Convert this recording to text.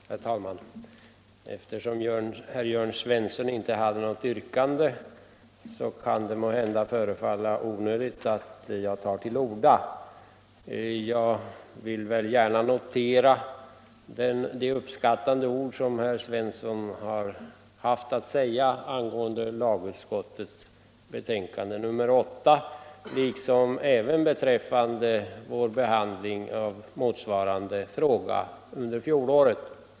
Herr talman! Eftersom Jörn Svensson inte ställde något yrkande kan det måhända förefalla onödigt att jag tar till orda. Men jag vill gärna notera herr Svenssons uppskattande ord om lagutskottets betänkande nr 8 och om vår behandling av motsvarande fråga under fjolåret.